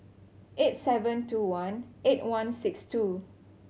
eight seven two one eight one six two